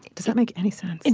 does that make any sense?